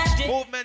Movement